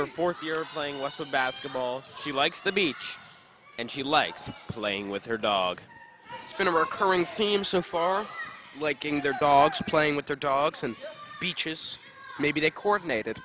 her fourth year playing with the basketball she likes the beach and she likes playing with her dog it's been a recurring theme so far liking their dogs playing with their dogs and beaches maybe they coordinated